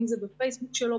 אם זה בפייסבוק שלו,